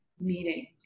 meeting